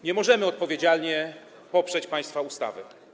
Nie możemy odpowiedzialnie poprzeć państwa ustawy.